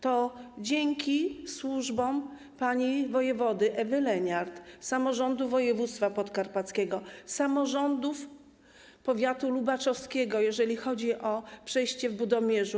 To dzięki służbom pani wojewody Ewy Leniart, samorządu województwa podkarpackiego, samorządów powiatu lubaczowskiego, jeżeli chodzi o przejście w Budomierzu.